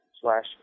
slash